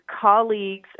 colleagues